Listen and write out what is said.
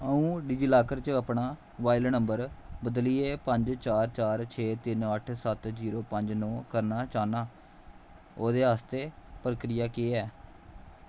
अ'ऊं डिजीलॉकर च अपना मोबाइल नंबर बदलियै पंज चार चार छे तिन्न अट्ठ सत्त जीरो पंज नौ करना चाह्न्नां ओह्दे आस्तै प्रक्रिया केह् ऐ